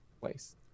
place